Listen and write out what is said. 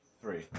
Three